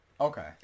Okay